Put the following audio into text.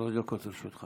שלוש דקות לרשותך.